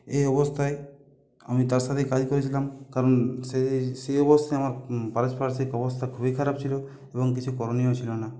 এই অবস্থায় আমি তার সাথেই কাজ করেছিলাম কারণ সেই সে অবশ্যই আমার পারিপার্শ্বিক অবস্থা খুবই খারাপ ছিল এবং কিছু করণীয় ছিল না